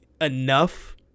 enough